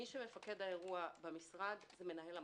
מי שמפקד האירוע במשרד זה מנהל המחוז,